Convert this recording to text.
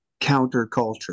counterculture